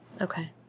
Okay